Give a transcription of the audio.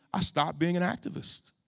i stopped being an activist.